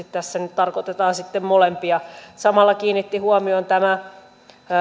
tässä nyt tarkoitetaan sitten molempia samalla kiinnitti huomion tämä